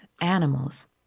animals